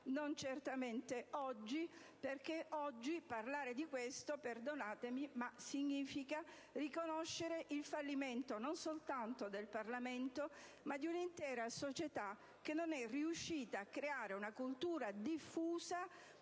non è certamente così, perché parlarne ancora adesso, perdonatemi, significa riconoscere il fallimento non soltanto del Parlamento, ma di un'intera società che non è riuscita a creare una cultura diffusa